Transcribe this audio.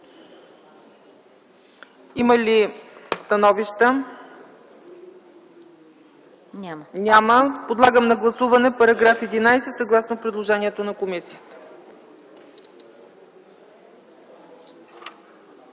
Има ли становища? Няма. Подлагам на гласуване § 11 съгласно предложението на комисията.